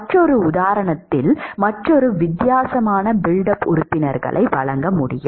மற்றொரு உதாரணத்தில் மற்றொரு வித்தியாசமான பில்ட் அப் உறுப்பினர்களை வழங்க முடியும்